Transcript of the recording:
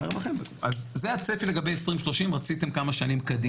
זה הצפי לגבי 2030. רציתם כמה שנים קדימה.